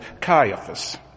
Caiaphas